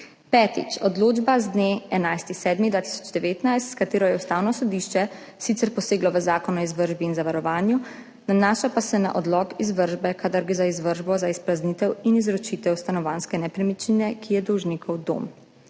Petič, odločba z dne 11. 7. 2019, s katero je Ustavno sodišče sicer poseglo v Zakon o izvršbi in zavarovanju, nanaša pa se na odlog izvršbe, kadar gre za izvršbo za izpraznitev in izročitev stanovanjske nepremičnine, ki je dolžnikov dom.